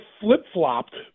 flip-flopped